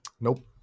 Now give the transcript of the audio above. Nope